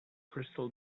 crystal